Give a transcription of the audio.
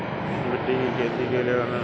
मक्का के खेत में मोथा स्वतः उग जाता है